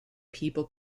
people